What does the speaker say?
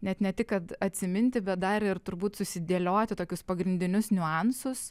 net ne tik kad atsiminti bet dar ir turbūt susidėlioti tokius pagrindinius niuansus